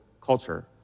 culture